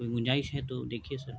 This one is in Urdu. کوئی گنجائش ہے تو دیکھیے سر